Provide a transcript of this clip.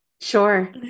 Sure